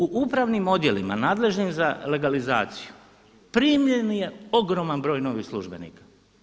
U upravnim odjelima nadležnim za legalizaciju primljen je ogroman broj novih službenika.